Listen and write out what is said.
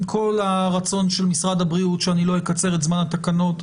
עם כל הרצון של משרד הבריאות שאני לא אקצר את זמן התקנות,